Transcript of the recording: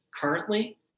currently